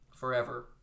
forever